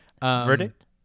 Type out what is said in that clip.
Verdict